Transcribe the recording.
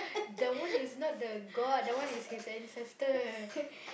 that one is not the god that one is his ancestor